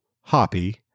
hoppy